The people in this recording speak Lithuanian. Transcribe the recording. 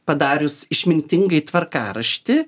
padarius išmintingai tvarkaraštį